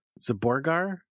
Zaborgar